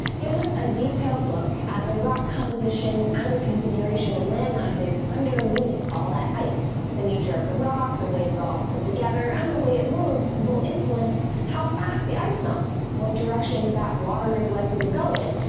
gives us a detailed look at the rock composition and the configuration of land masses underneath all that ice-the nature of the rock, the way it's all put together and the way it moves will influence how fast the ice melts, what directions that water is likely to go in,